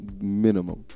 minimum